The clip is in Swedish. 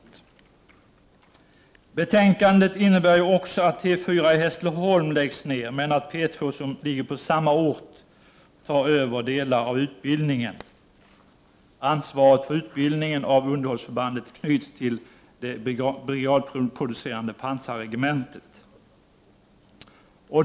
BR SR Betänkandet innebär också att T 4 i Hässleholm läggs ned men att P 2, som ligger på samma ort, tar över delar av utbildningen. Ansvaret för utbildningen av underhållsförbandet knyts till det brigadproducerande pansarregementet.